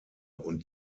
und